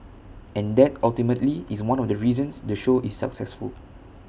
and that ultimately is one of the reasons the show is successful